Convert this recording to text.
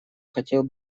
хотел